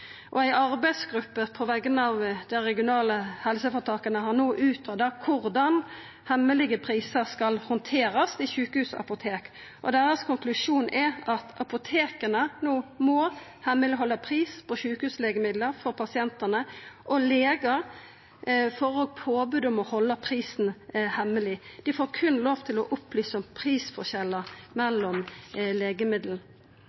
helseføretaka no greidd ut korleis hemmelege prisar skal handterast i sjukehusapotek. Deira konklusjon er at apoteka no må halda prisane på sjukehuslegemiddel hemmeleg for pasientane, og legar får påbod om å halda prisane hemmeleg. Dei får berre lov til å opplysa om prisforskjellar